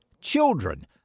children